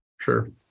Sure